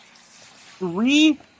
three